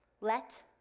let